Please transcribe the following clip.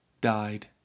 died